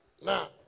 Now